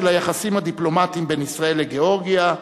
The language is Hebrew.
היחסים הדיפלומטיים בין ישראל לגאורגיה,